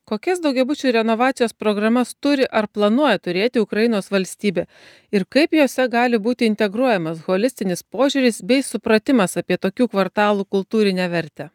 kokias daugiabučių renovacijos programas turi ar planuoja turėti ukrainos valstybė ir kaip jose gali būti integruojamas holistinis požiūris bei supratimas apie tokių kvartalų kultūrinę vertę